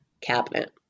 cabinet